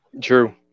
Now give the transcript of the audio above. True